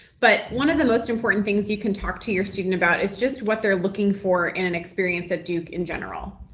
but one of the most important things you can talk to your student about is just what they're looking for in an experience at duke in general.